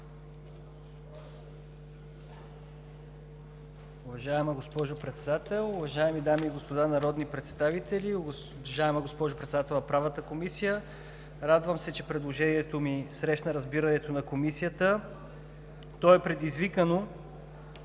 Уважаема госпожо Председател, уважаеми дами и господа народни представители, уважаема госпожо Председател на Правната комисия! Радвам се, че предложението ми срещна разбирането на Комисията. То е предизвикано,